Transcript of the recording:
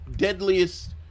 Deadliest